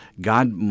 God